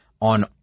on